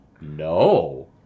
no